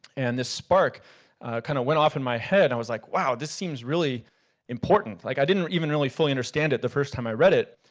and this spark kind of went off in my head, i was like, wow, this seems really important. like i didn't even really fully understand it the first time i read it.